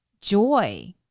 joy